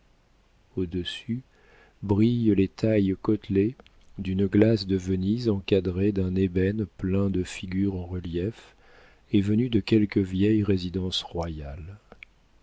au-dessus brillent les tailles côtelées d'une glace de venise encadrée d'un ébène plein de figures en relief et venue de quelque vieille résidence royale